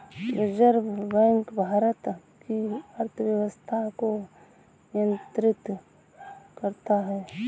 reserve bank Bharat की अर्थव्यवस्था को नियन्त्रित करता है